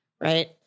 Right